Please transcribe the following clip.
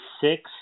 six